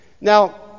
Now